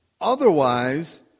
otherwise